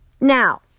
Now